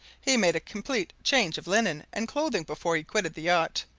he made a complete change of linen and clothing before he quitted the yacht!